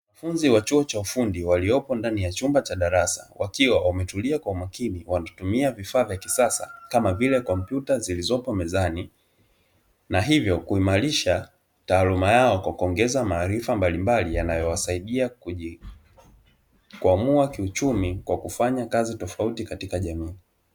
Wanafunzi wa chuo cha ufundi waliopo ndani ya chumba cha darasa wakiwa wametulia kwa makini, wanatumia vifaa vya kisasa kama vile kompyuta zilizopo mezani, na hivyo kuimarisha taaluma yao kwa kuongeza maarifa mbalimbali yanayowasaidia kujikwamua kiuchumi, kwa kufanya kazi tofauiti katika jamii.